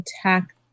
attack